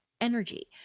energy